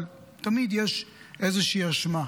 אבל תמיד יש איזושהי אשמה.